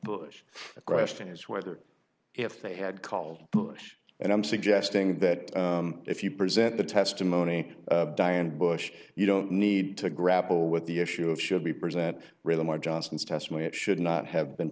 bush a question is whether if they had called bush and i'm suggesting that if you present the testimony diane bush you don't need to grapple with the issue of should be present rhythm of johnson's testimony it should not have been